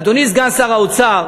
אדוני סגן שר האוצר: